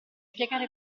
piegare